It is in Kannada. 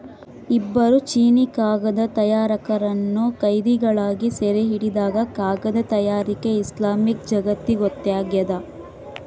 ಇಬ್ಬರು ಚೀನೀಕಾಗದ ತಯಾರಕರನ್ನು ಕೈದಿಗಳಾಗಿ ಸೆರೆಹಿಡಿದಾಗ ಕಾಗದ ತಯಾರಿಕೆ ಇಸ್ಲಾಮಿಕ್ ಜಗತ್ತಿಗೊತ್ತಾಗ್ಯದ